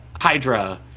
Hydra